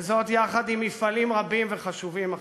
וזאת יחד עם מפעלים רבים וחשובים אחרים.